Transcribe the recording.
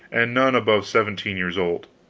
and none above seventeen years old.